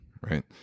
Right